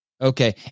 okay